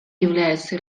являются